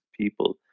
people